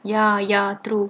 ya ya true